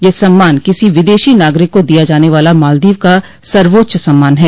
यह सम्मान किसी विदेशो नागरिक को दिया जाने वाला मालदीव का सर्वोच्च सम्मान है